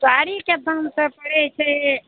साड़ीके दाम तऽ पड़ै छै